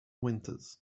winters